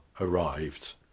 arrived